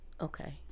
Okay